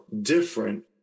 different